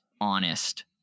honest